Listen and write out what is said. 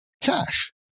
cash